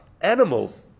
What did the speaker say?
animals